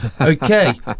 okay